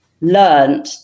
learned